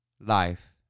life